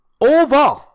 over